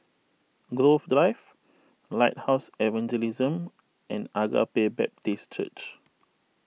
Grove Drive Lighthouse Evangelism and Agape Baptist Church